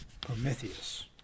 Prometheus